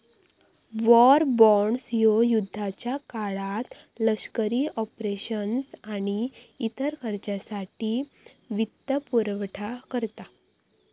war bonds ह्यो युद्धाच्या काळात लष्करी ऑपरेशन्स आणि इतर खर्चासाठी वित्तपुरवठा करता